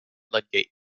ludgate